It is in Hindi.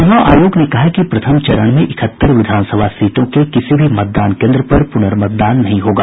चुनाव आयोग ने कहा है कि प्रथम चरण में इकहत्तर विधानसभा सीटों के किसी भी मतदान केंद्र पर पुनर्मतदान नहीं होगा